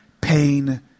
pain